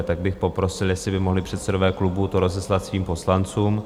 Tak bych poprosil, jestli by to mohli předsedové klubů rozeslat svým poslancům.